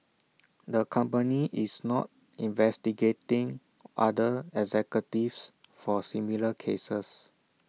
the company is not investigating other executives for similar cases